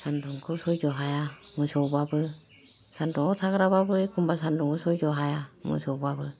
सान्दुंखौ सयज' हाया मोसौबाबो सान्दुंआव थाग्राबाबो एखमबा सान्दुंआव सयज' हाया मोसौबाबो